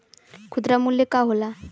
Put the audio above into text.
खुदरा मूल्य का होला?